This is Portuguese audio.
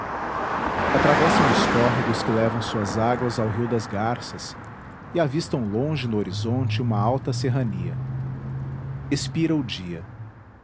atravessam os córregos que levam suas águas ao rio das garças e avistam longe no horizonte uma alta serrania expira o dia